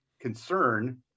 concern